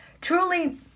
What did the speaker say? truly